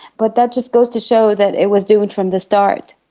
but that just goes to show that it was doomed from the start.